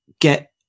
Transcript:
get